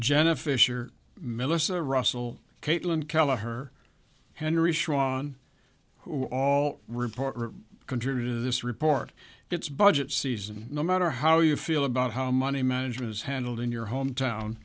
jenna fischer milissa russell caitlin kelleher henry shawn who all report contributed to this report its budget season no matter how you feel about how money management is handled in your hometown